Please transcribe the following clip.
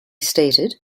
stated